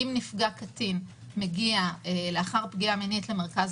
אם נפגע קטין מגיע לאחר פגיעה מינית למרכז